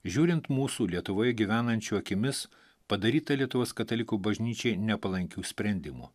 žiūrint mūsų lietuvoje gyvenančių akimis padaryta lietuvos katalikų bažnyčiai nepalankių sprendimų